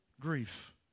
grief